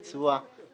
הבטיחו כסף כאן בדיון.